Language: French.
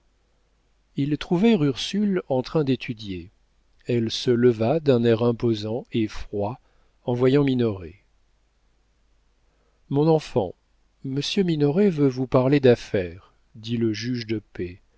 ils trouvèrent ursule en train d'étudier elle se leva d'un air imposant et froid en voyant minoret mon enfant monsieur minoret veut vous parler d'affaires dit le juge de paix